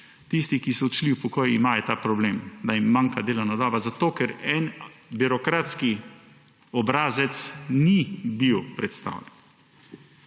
tistih, ki so odšli v pokoj in imajo ta problem, da jim manjka delovna doba zato, ker en birokratski obrazec ni bil predstavljen.